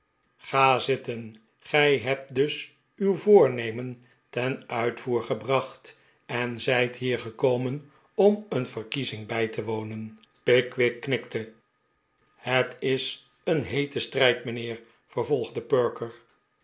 ga zitten gij hebt dus uw voornemen ten uitvoer gebracht en zijt hier gekomen om een verkiezing bij te wonen pickwick knikte het is een heete strijd mijnheer vervolgde perker